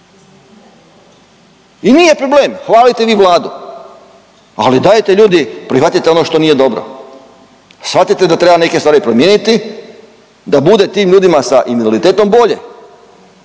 I nije problem hvalite vi Vladu, ali dajte ljudi prihvatite ono što nije dobro. Shvatite da treba neke stvari promijeniti da bude tim ljudima sa invaliditetom bolje,